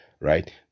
right